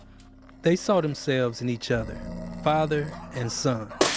they saw themselves in each other, father and son,